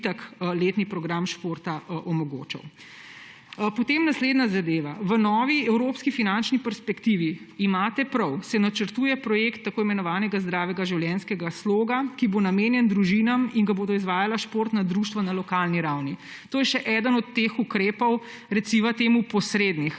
letni program športa omogočal, in še nadgrajeno. Naslednja zadeva. V novi evropski finančni perspektivi, imate prav, se načrtuje projekt tako imenovanega zdravega življenjskega sloga, ki bo namenjen družinam in ga bodo izvajala športna društva na lokalni ravni. To je še eden od teh ukrepov, reciva temu posrednih,